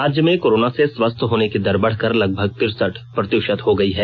राज्य में कोरोना से स्वस्थ होने की दर बढ़कर लगभग तिरसठ प्रतिशत हो गई है